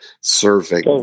serving